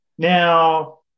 Now